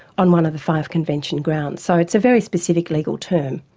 on one of the five convention grounds. so it's a very specific legal term.